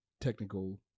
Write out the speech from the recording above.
technical